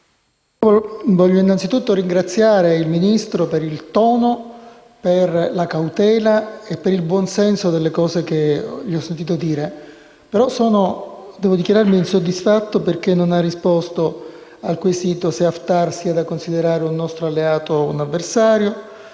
voglio innanzi tutto ringraziare il Ministro per il tono, la cautela e il buon senso di quanto gli ho sentito dire, però devo dichiararmi insoddisfatto, perché non ha risposto al quesito se Haftar sia da considerare un nostro alleato o un avversario,